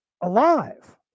alive